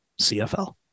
CFL